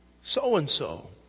so-and-so